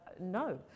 no